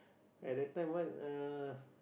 at that time one uh